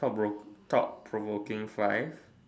thought thought provoking five